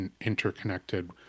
interconnected